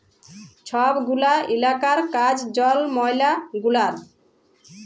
ছব গুলা ইলাকার কাজ জল, ময়লা গুলার